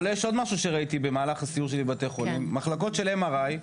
אבל יש עוד משהו שראיתי במהלך הסיור שלי בבתי חולים: מחלקות של MRI,